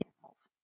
animals